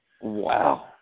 Wow